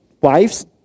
wives